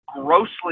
grossly